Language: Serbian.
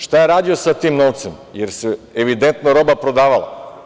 Šta je radio sa tim novcem, jer se evidentno roba prodavala?